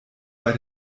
bei